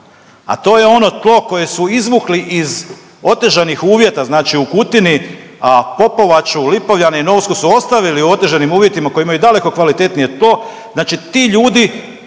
a to je ono tlo koje su izvukli iz otežanih uvjeta znači u Kutini, a Popovaču, Lipovljane i Novsku su ostavili u otežanim uvjetima koji imaju daleko kvalitetnije tlo,